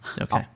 Okay